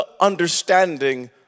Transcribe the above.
understanding